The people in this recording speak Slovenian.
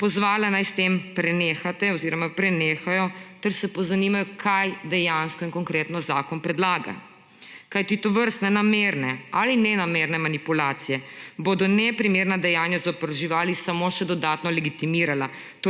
oziroma prenehajo ter se pozanimajo, kaj dejansko in konkretno zakon predlaga, kajti tovrstne namerne ali nenamerne manipulacije bodo neprimerna dejanja zoper živali samo še dodatno legitimirala.